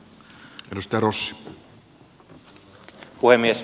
arvoisa herra puhemies